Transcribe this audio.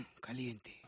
caliente